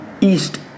east